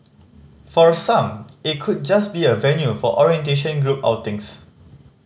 for some it could just be a venue for orientation group outings